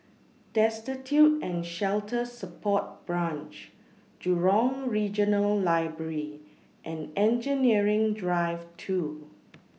Destitute and Shelter Support Branch Jurong Regional Library and Engineering Drive two